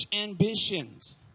ambitions